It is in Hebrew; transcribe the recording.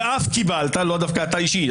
ואף קיבלת לא דווקא אתה אישית,